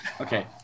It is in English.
Okay